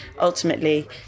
ultimately